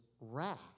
wrath